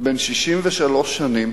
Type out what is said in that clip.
בן 63 שנים,